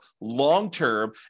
long-term